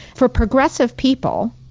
for progressive people,